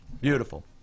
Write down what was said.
Beautiful